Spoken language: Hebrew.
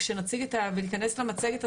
וכשנציג וניכנס למצגת,